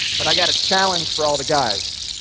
but i've got a challenge for all the guys,